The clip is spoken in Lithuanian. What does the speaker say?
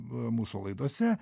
mūsų laidose